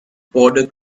border